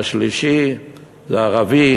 השלישי זה ערבי.